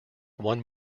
one